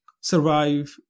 survive